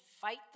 fight